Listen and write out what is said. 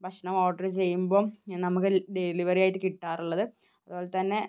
ഭക്ഷണം ഓർഡർ ചെയ്യുമ്പം നമുക്ക് ഡെലിവെറി ആയിട്ട് കിട്ടാറുള്ളത് അതുപോലെത്തന്നെ